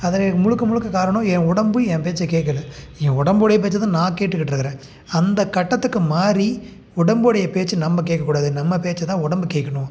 அதுக்கு முழுக்க முழுக்க காரணம் ஏன் உடம்பு என் பேச்ச கேட்கல என் உடம்போடைய பேச்சை தான் நான் கேட்டுக்கிட்டுருக்கிறேன் அந்த கட்டத்துக்கு மாறி உடம்போடைய பேச்சு நம்ம கேட்கக்கூடாது நம்ம பேச்சை தான் உடம்பு கேட்கணும்